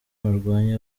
narwanye